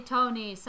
Tony